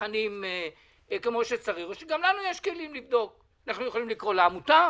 נבחנים כמו שצריך או שגם לנו יש כלים לבדוק: אנחנו יכולים לקרוא לעמותה,